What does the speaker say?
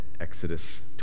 Exodus